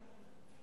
עליהם.